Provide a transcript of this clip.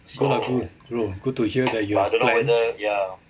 bro bro bro good to hear that you have plans